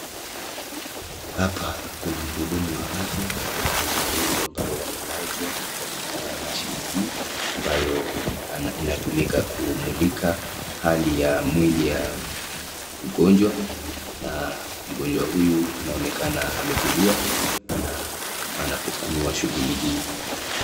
Hapa kuna muhudumu wa afya na kuna mgonjwa ambaye amelazwa katika machine hii ambayo inatumika kumulika hali ya mwili ya mgonjwa, na mgonjwa huyu anaonekana ametulia anapofanyiwa shughuli hii.